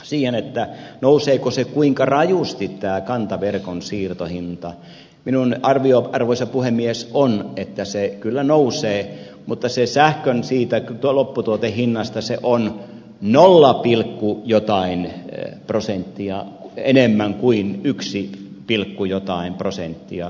mitä vielä tulee siihen kuinka rajusti tämä kantaverkon siirtohinta nousee minun arvioni arvoisa puhemies on että se kyllä nousee mutta sähkön lopputuotehinnasta se on nolla pilkku jotain prosenttia enemmän kuin yksi pilkku jotain prosenttia